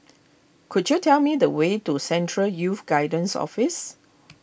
could you tell me the way to Central Youth Guidance Office